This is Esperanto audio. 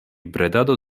bredado